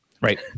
Right